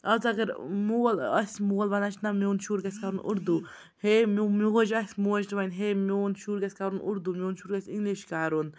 آز اگر مول آسہِ مول وَنان چھِ نہ میون شُر گژھِ کَرُن اردو ہے موج آسہِ موج تہِ وَنہِ ہے میون شُر گژھِ کَرُن اُردو میون شُر گژھِ اِنٛگلِش کَرُن